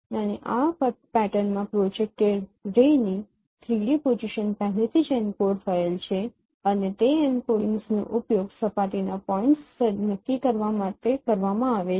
અને આ પેટર્નમાં પ્રોજેક્ટેડ રેની 3 ડી પોઝિશન પહેલેથી જ એન્કોડ થયેલ છે અને તે એન્કોડિંગ્સનો ઉપયોગ સપાટીના પોઇન્ટ્સ નક્કી કરવા માટે કરવામાં આવે છે